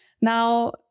now